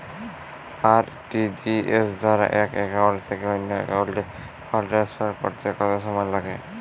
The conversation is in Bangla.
আর.টি.জি.এস দ্বারা এক একাউন্ট থেকে অন্য একাউন্টে ফান্ড ট্রান্সফার করতে কত সময় লাগে?